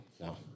No